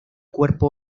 cuerpo